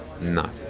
No